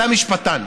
אתה משפטן,